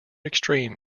extreme